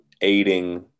aiding